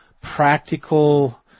practical